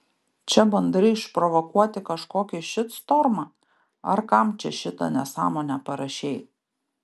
čia bandai išprovokuoti kažkokį šitstormą ar kam čia šitą nesąmonę parašei